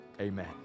amen